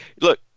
look